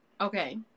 Okay